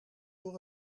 door